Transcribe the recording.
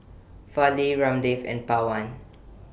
Fali Ramdev and Pawan